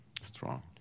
strong